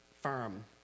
firm